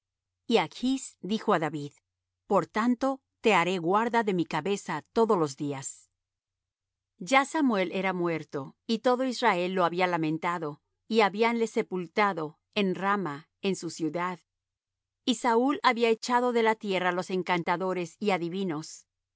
y achs dijo á david por tanto te haré guarda de mi cabeza todos los días ya samuel era muerto y todo israel lo había lamentado y habíanle sepultado en rama en su ciudad y saúl había echado de la tierra los encantadores y adivinos